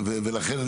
לכן,